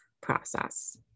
process